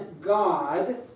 God